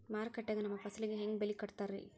ಮಾರುಕಟ್ಟೆ ಗ ನಮ್ಮ ಫಸಲಿಗೆ ಹೆಂಗ್ ಬೆಲೆ ಕಟ್ಟುತ್ತಾರ ರಿ?